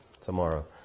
tomorrow